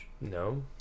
No